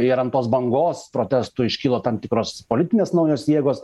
ir ant tos bangos protestų iškilo tam tikros politinės naujos jėgos